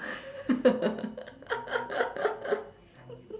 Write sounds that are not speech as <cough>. <laughs>